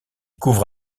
couvre